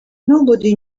nobody